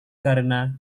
karena